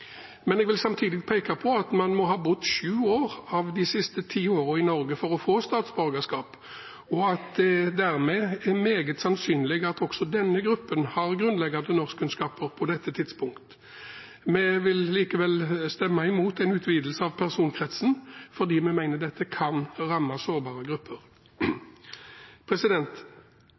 Men jeg vil samtidig peke på at man må ha bodd sju av de siste ti årene i Norge for å få statsborgerskap, og at det dermed er meget sannsynlig at også denne gruppen har grunnleggende norskkunnskaper på dette tidspunkt. Vi vil likevel stemme imot en utvidelse av personkretsen fordi vi mener dette kan ramme sårbare grupper.